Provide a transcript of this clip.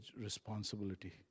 responsibility